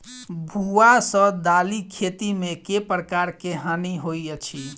भुआ सँ दालि खेती मे केँ प्रकार केँ हानि होइ अछि?